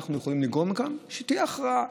אנחנו יכולים לגרום לכך שתהיה הכרעה.